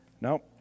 No